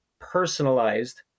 personalized